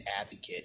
advocate